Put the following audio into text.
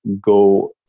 go